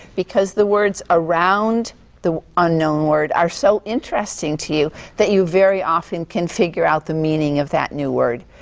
because the words around the unknown word are so interesting to you that you very often can figure out the meaning of that new word.